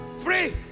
Free